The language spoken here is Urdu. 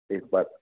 ایک بات